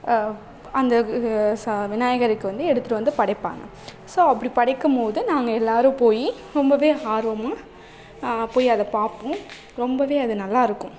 அந்த விநாயகருக்கு வந்து எடுத்துட்டு வந்து படைப்பாங்க ஸோ அப்படி படைக்கும்போது நாங்கள் எல்லாரும் போய் ரொம்பவே ஆர்வமாக போய் அதை பார்ப்போம் ரொம்பவே அது நல்லா இருக்கும்